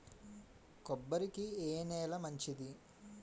కొబ్బరి కి ఏ నేల మంచిది?